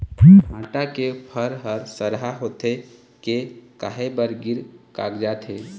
भांटा के फर हर सरहा होथे के काहे बर गिर कागजात हे?